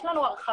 יש לנו הרחבה.